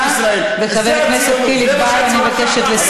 חבר הכנסת אלעזר שטרן על מה שהוא עשה,